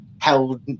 held